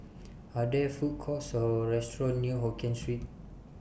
Are There Food Courts Or restaurants near Hokkien Street